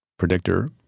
predictor